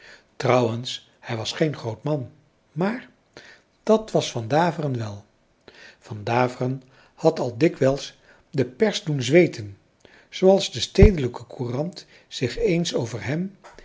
trouwens hij was geen groot man maar dat was van daveren wel van daveren had al dikwijls de pers doen zweeten zooals de stedelijke courant zich eens over hem